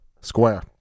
Square